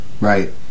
Right